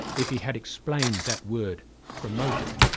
if he had explained that word promoted.